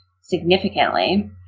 significantly